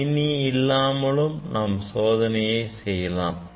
கணினி இல்லாமலும் நாம் சோதனையை செய்யலாம்